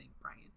brian